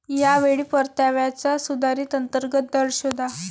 या वेळी परताव्याचा सुधारित अंतर्गत दर शोधा